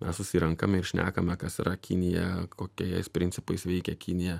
mes susirenkam ir šnekam kas yra kinija kokiais principais veikia kinija